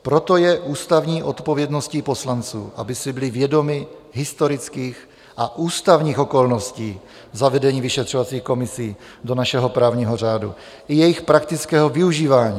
Proto je ústavní odpovědností poslanců, aby si byli vědomi historických a ústavních okolností zavedení vyšetřovacích komisí do našeho právního řádu i jejich praktického využívání.